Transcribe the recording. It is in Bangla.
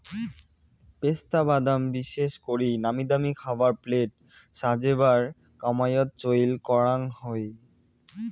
পেস্তা বাদাম বিশেষ করি নামিদামি খাবার প্লেট সাজেবার কামাইয়ত চইল করাং হই